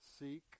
seek